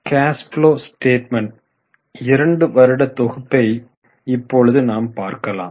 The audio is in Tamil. கேஷ் ப்ஹுலோ ஸ்டேட்மென்டின் இரண்டு வருட தொகுப்பை இப்பொழுது நாம் பார்க்கலாம்